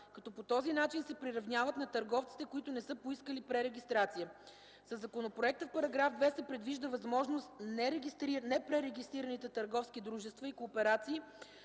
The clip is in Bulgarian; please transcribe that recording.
като по този начин се приравняват на търговците, които не са поискали пререгистрация. Със законопроекта в § 2 се предвижда възможност непререгистрираните търговски дружества и кооперации